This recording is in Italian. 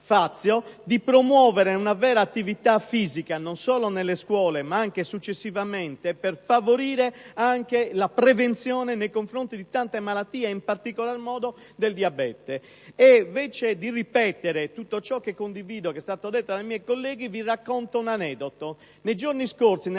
di promuovere una vera attività fisica, non solo nelle scuole ma anche successivamente, per favorire la prevenzione nei confronti di tante malattie e in particolar modo del diabete. Invece di ripetere quanto detto dai colleghi che mi hanno preceduto e che condivido, vi racconto un aneddoto. Nei giorni scorsi,